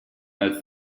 als